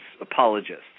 apologists